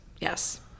Yes